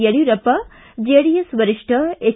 Yediyurappa JDS ವರಿಷ್ಠ H